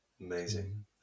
amazing